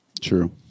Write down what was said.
True